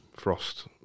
frost